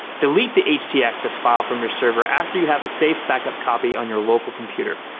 delete the htaccess file from your server after you have a safe backup copy on your local computer.